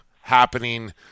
happening